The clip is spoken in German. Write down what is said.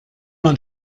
man